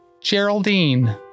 Geraldine